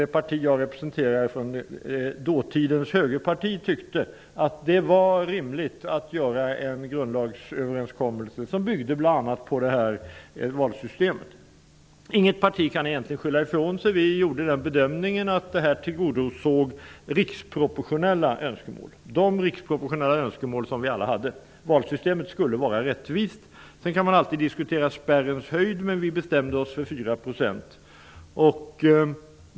Det parti som jag representerar, dåtidens högerparti, ansåg då att det var rimligt att göra en grundlagsöverenskommelse som bl.a. byggde på valsystemet. Inget parti kan skylla ifrån sig. Vi gjorde bedömningen att detta tillgodosåg de riksproportionella önskemål som vi alla hade. Valsystemet skulle vara rättvist. Sedan kunde man alltid diskutera spärrens nivå, men vi bestämde oss för 4 %.